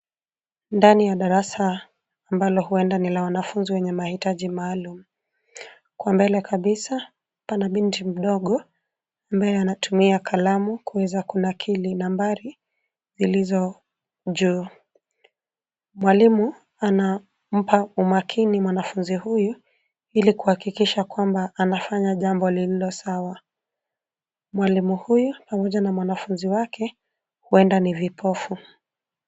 Ndani ya darasa ambalo huenda ni la wanafunzi wenye mahitaji maalum. Huko mbele kabisa pana binti mdogo ambaye anatumia kalamu kuweza kunakili nambari zilizo juu. Mwalimu anampa umakini mwanafunzi huyu ili kuhakikisha kwamba anafanya jambo lililo sawa. Mwalimu huyu, pamoja na mwanafunzi wake, huenda ni vipofu.